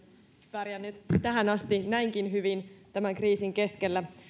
pärjännyt tähän asti näinkin hyvin tämän kriisin keskellä